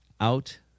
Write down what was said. Out